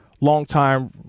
longtime